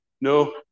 No